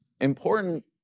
Important